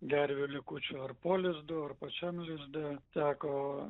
gervių likučių ar po lizdu ar pačiam lizde teko